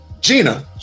Gina